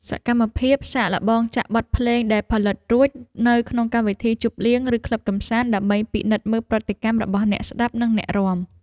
សកម្មភាពសាកល្បងចាក់បទភ្លេងដែលផលិតរួច នៅក្នុងកម្មវិធីជប់លៀង ឬក្លឹបកម្សាន្ត ដើម្បីពិនិត្យមើលប្រតិកម្មរបស់អ្នកស្ដាប់ និងអ្នករាំ។